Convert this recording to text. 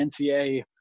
NCA